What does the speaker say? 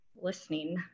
listening